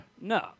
No